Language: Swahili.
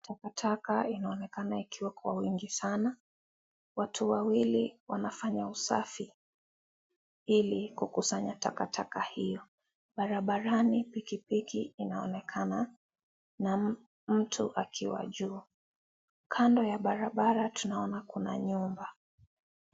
Takataka inaonekana ikiwa kwa wingi sana. Watu wawili wanafanya usafi ili kukusanya takataka hiyo. Barabarani pikipiki inaonekana na mtu akiwa juu. Kando ya barabara tunaona kuna nyumba.